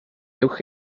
uwch